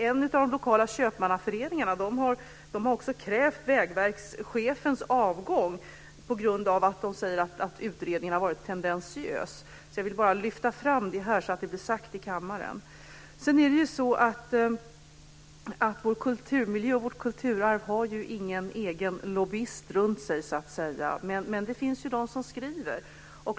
En av de lokala köpmannaföreningarna har krävt vägverkschefens avgång på grund av att utredningen har varit tendentiös, som man säger. Jag vill bara lyfta fram det, så att det blir sagt i kammaren. Vår kulturmiljö och vårt kulturarv har ju ingen egen lobbyist, men det finns de som skriver.